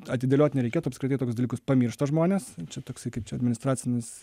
atidėliot nereikėtų apskritai tokius dalykus pamiršta žmonės čia toksai kaip čia administracinis